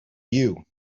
you